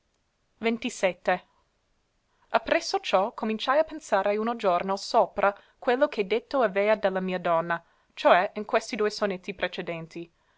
di ppresso ciò cominciai a pensare uno giorno sopra quello che detto avea de la mia donna cio è in questi due sonetti precedenti